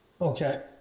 Okay